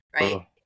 right